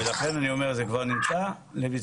ולכן אני אומר זה כבר נמצא לביצוע,